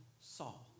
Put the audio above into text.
Saul